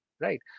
Right